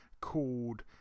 called